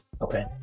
Okay